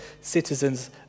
citizens